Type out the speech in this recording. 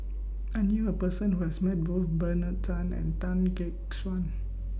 I knew A Person Who has Met Both Bernard Tan and Tan Gek Suan